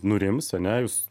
nurims ane jūs